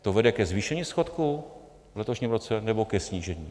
To vede ke zvýšení schodku v letošním roce, nebo ke snížení?